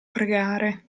pregare